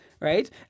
right